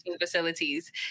facilities